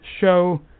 show